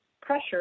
pressure